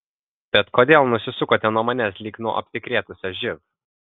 bet kodėl nusisukote nuo manęs lyg nuo apsikrėtusio živ